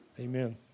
Amen